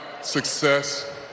success